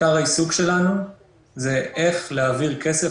עיקר העיסוק שלנו זה איך להעביר כסף